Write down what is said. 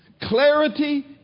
Clarity